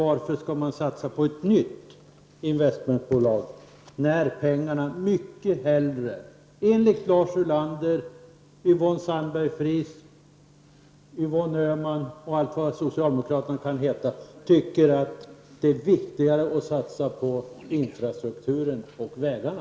Varför skall man satsa på ett nytt investmentbolag när pengarna mycket hellre, enligt Lars Ulander, Yvonne Sandberg-Fries, Yvonne Öhman och allt vad socialdemokraterna kan heta, skall satsas på infrastrukturen och vägarna?